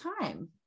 time